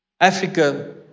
Africa